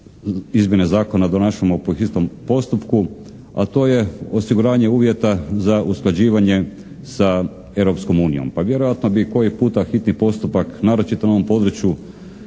izmjene zakona donašamo po istom postupku a to je osiguranje uvjeta za usklađivanje sa Europskom unijom. Pa vjerojatno bi koji puta hitni postupak naročito na ovom području